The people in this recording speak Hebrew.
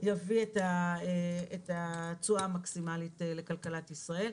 יביא את התשואה המקסימלית לכלכלת ישראל.